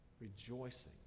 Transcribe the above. rejoicing